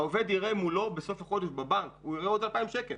העובד יראה מולו בסוף החודש בבנק עוד 2,000 שקל.